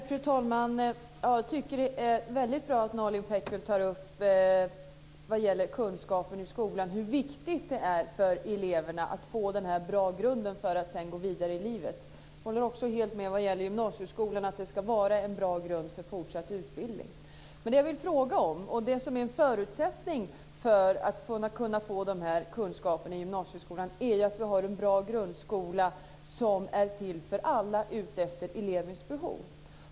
Fru talman! Jag tycker att det är väldigt bra att Nalin Pekgul tar upp kunskapen i skolan och hur viktigt det är för eleverna att få en bra grund för att sedan gå vidare i livet. Jag håller också helt med vad gäller gymnasieskolan. Det ska var en bra grund för fortsatt utbildning. Det jag vill fråga om är en förutsättning för att kunna få kunskaperna i gymnasieskolan. Det är att vi har en bra grundskola som är till för alla anpassad efter elevens behov.